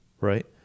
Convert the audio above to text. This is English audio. right